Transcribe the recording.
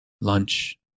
lunch